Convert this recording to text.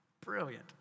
Brilliant